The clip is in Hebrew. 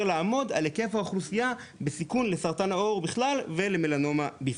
לאמוד את היקף האוכלוסייה בסיכון לסרטן העור בכלל ומלנומה בפרט.